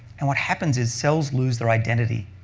and what happens is cells lose their identity.